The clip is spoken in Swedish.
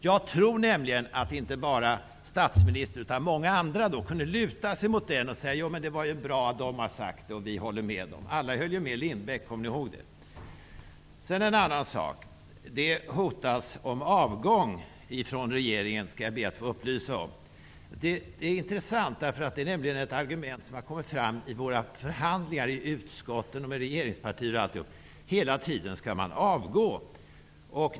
Jag tror nämligen att inte bara statsministern, utan även många andra då kunde luta sig mot det förslaget och säga: Det var ju bra, de har sagt så och vi håller med. Alla höll ju med Lindbeck. Kommer ni ihåg det? En annan sak är att det hotas med avgång från regeringens sida. Det skall jag be att få upplysa om. Det är intressant, för det är nämligen ett argument som har kommit fram i våra förhandlingar i utskotten, med regeringspartier och i andra sammahang. Hela tiden skall man avgå.